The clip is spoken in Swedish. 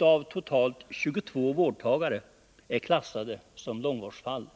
av totalt 22 vårdtagare är klassade som långvårdsfall.